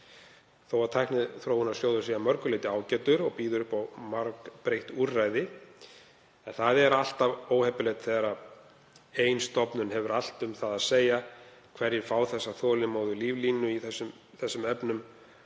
Þótt Tækniþróunarsjóður sé að mörgu leyti ágætur og bjóði upp á margbreytt úrræði er alltaf óheppilegt þegar ein stofnun hefur allt um það að segja hverjir fá þolinmóða líflínu í þessum efnum